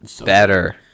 Better